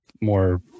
more